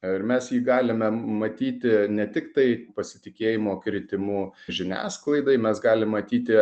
ir mes jį galime matyti ne tiktai pasitikėjimo kritimu žiniasklaidai mes galim matyti